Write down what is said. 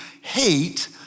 hate